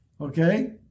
Okay